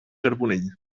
carbonell